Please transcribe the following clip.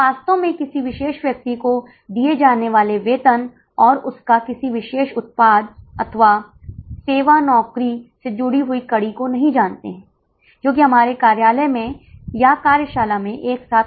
वास्तव में दूसरे भाग के लिए उत्तर है कि यह पीवीआर केवल 1 है क्योंकि आपके पास सिर्फ 1 पीवीआर हो सकता है जो 07480 है क्या आप मुझे समझ रहे हैं